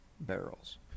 barrels